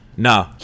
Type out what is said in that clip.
No